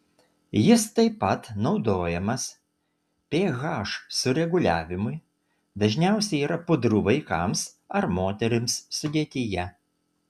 jis taip pat naudojamas ph sureguliavimui dažniausiai yra pudrų vaikams ar moterims sudėtyje